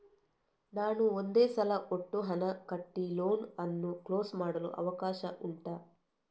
ನಾನು ಒಂದೇ ಸಲ ಒಟ್ಟು ಹಣ ಕಟ್ಟಿ ಲೋನ್ ಅನ್ನು ಕ್ಲೋಸ್ ಮಾಡಲು ಅವಕಾಶ ಉಂಟಾ